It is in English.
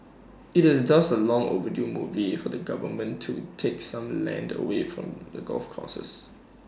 IT is thus A long overdue movie for the government to take some land away from the golf courses